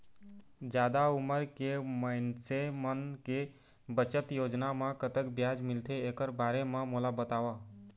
जादा उमर के मइनसे मन के बचत योजना म कतक ब्याज मिलथे एकर बारे म मोला बताव?